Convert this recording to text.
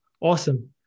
awesome